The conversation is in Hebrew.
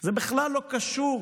זה בכלל לא קשור